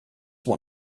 one